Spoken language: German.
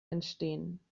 entstehen